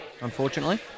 unfortunately